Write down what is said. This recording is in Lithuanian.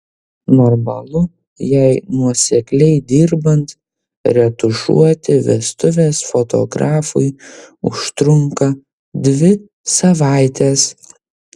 normalu jei nuosekliai dirbant retušuoti vestuves fotografui užtrunka dvi savaites